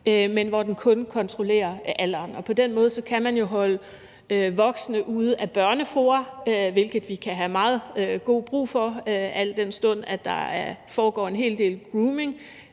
men hvor den kun kontrollerer alderen. På den måde kan man jo holde voksne ude af børnefora, hvilket vi kan have meget god brug for, al den stund at der foregår en hel del grooming